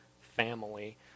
family